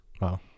Wow